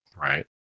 right